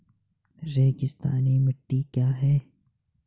रेगिस्तानी मिट्टी क्या है?